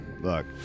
Look